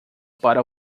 para